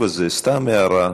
סתם הערה,